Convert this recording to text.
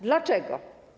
Dlaczego?